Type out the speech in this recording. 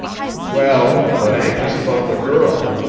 well, but anxious about the girl.